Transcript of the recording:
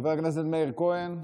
חבר הכנסת מאיר כהן,